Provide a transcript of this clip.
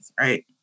right